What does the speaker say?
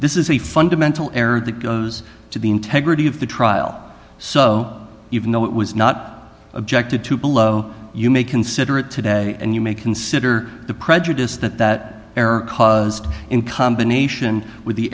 this is a fundamental error that goes to the integrity of the trial so even though it was not objected to below you may consider it today and you may consider the prejudice that that error caused in combination with the